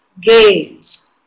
gaze